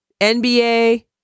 NBA